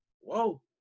whoa